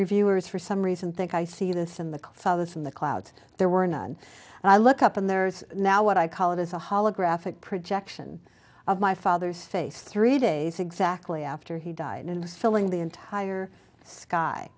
reviewers for some reason think i see this in the fathers in the clouds there were none and i look up and there's now what i call it is a holographic projection of my father's face three days exactly after he died and was filling the entire sky